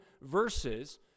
verses